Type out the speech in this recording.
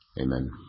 Amen